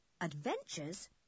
Adventures